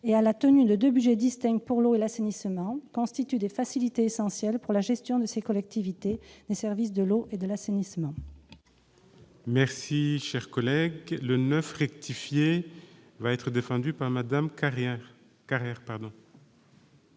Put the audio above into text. et à la tenue de deux budgets distincts pour l'eau et l'assainissement constituent des facilités essentielles pour la gestion par ces collectivités des services de l'eau et de l'assainissement. L'amendement n° 9 rectifié, présenté par Mmes M. Carrère,